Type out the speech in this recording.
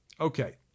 Okay